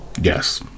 Yes